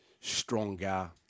stronger